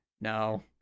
No